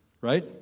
Right